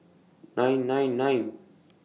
nine nine nine